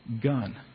gun